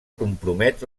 compromet